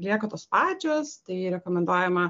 lieka tos pačios tai rekomenduojama